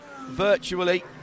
virtually